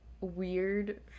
weird